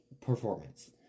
performance